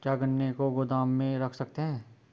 क्या गन्ने को गोदाम में रख सकते हैं?